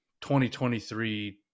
2023